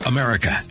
America